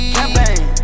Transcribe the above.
campaign